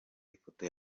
ifoto